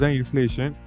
inflation